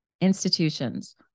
institutions